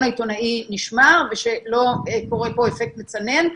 העיתונאי נשמר ושלא קורה פה אפקט מצנן.